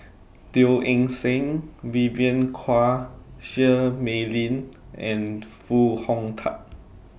Teo Eng Seng Vivien Quahe Seah Mei Lin and Foo Hong Tatt